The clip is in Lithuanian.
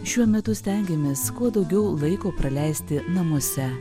šiuo metu stengiamės kuo daugiau laiko praleisti namuose